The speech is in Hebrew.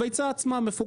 הביצה עצמה מפוקחת.